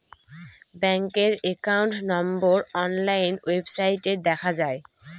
ব্যাঙ্কের account number online ওয়েবসাইটে দেখা যায়